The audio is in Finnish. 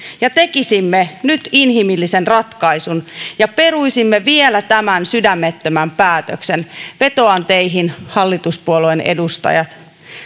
ja tekisimme nyt inhimillisen ratkaisun ja peruisimme vielä tämän sydämettömän päätöksen vetoan teihin hallituspuolueen edustajat